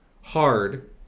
hard